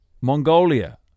Mongolia